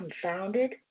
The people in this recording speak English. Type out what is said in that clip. confounded